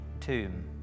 tomb